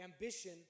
ambition